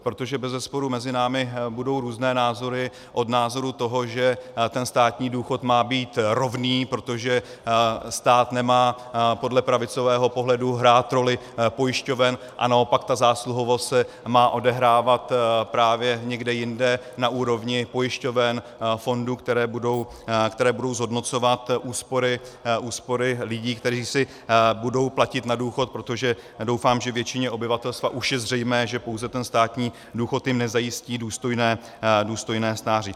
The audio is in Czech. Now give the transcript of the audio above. Protože bezesporu mezi námi budou různé názory, od názoru, že státní důchod má být rovný, protože stát nemá podle pravicového pohledu hrát roli pojišťoven a naopak ta zásluhovost se má odehrávat právě někde jinde na úrovni pojišťoven, fondů, které budou zhodnocovat úspory lidí, kteří si budou platit na důchod, protože doufám, že většině obyvatelstva už je zřejmé, že pouze ten státní důchod jim nezajistí důstojné stáří.